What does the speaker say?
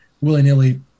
willy-nilly